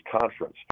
Conference